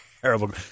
terrible